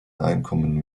einkommen